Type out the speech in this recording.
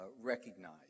recognize